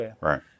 Right